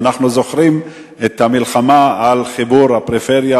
ואנחנו זוכרים את המלחמה על חיבור הפריפריה